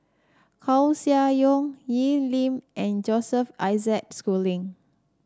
Koeh Sia Yong Wee Lin and Joseph Isaac Schooling